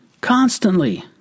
Constantly